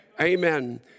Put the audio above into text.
Amen